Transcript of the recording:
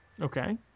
Okay